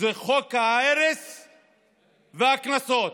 שזה חוק ההרס והקנסות.